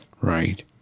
right